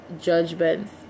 judgments